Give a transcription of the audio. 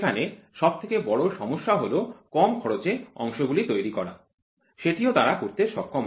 সেখানে সবথেকে বড় সমস্যা হল কম খরচে অংশগুলি তৈরি করা সেটিও তারা করতে সক্ষম হয়